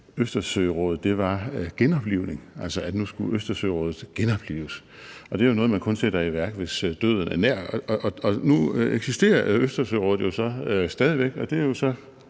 Østersørådet »genoplivning«, altså at nu skulle Østersørådet genoplives. Det er jo noget, som man kun sætter i værk, hvis døden er nær, og nu eksisterer Østersørådet jo så stadig væk,